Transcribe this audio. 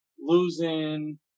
losing